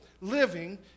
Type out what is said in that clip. living